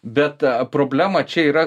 bet problema čia yra